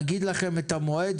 נגיד לכם את המועד,